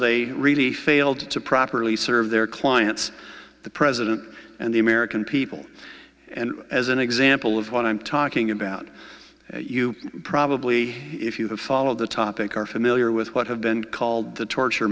they really failed to properly serve their clients the president and the american people and as an example of what i'm talking about you probably if you have followed the topic are familiar with what have been called the torture